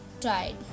tried